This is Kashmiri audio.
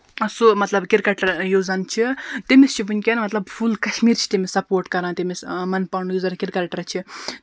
سُہ مطلب کِرکٹ یُس زَن چھُ تٔمِس چھُ ؤنکیٚن مطلب فُل کشمیٖر چھُ تٔمِس سَپوٹ کران تٔمِس اَمَن پانڈو یُس زَن کِرکَٹر چھُ